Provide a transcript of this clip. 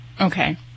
Okay